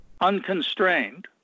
unconstrained